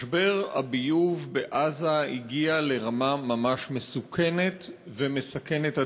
משבר הביוב בעזה הגיע לרמה ממש מסוכנת ומסכנת אדם.